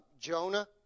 Jonah